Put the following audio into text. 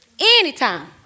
Anytime